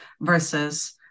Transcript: versus